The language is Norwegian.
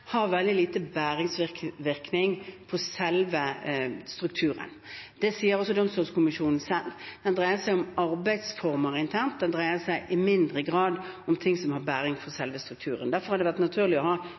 har veldig liten bæringsvirkning på selve strukturen. Det sier også Domstolkommisjonen selv. Det dreier seg om arbeidsformer internt, det dreier seg i mindre grad om ting som har bæring for selve strukturen. Derfor har det vært naturlig å ha